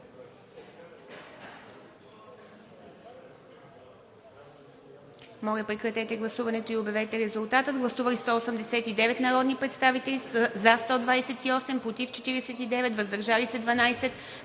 Моля, прекратете гласуването и обявете резултата. Гласували 194 народни представители: за 96, против 80, въздържали се 18.